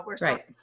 Right